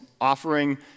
offering